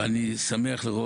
גם כאן אני רוצה ואשמח לשמוע